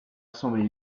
assemblée